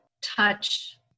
touch